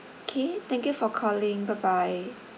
K thank you for calling bye bye